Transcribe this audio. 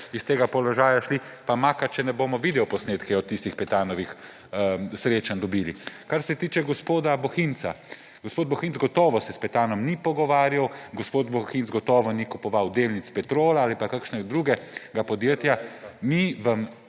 s tega položaja šli, pa makar če ne bomo videoposnetke od tistih Petanovih srečanj dobili. Kar se tiče gospoda Bohinca. Gospod Bohinc gotovo se s Petanom ni pogovarjal, gospod Bohinc gotovo ni kupoval delnic Petrola ali pa kakšnega drugega podjetja. Mi vam